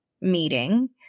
meeting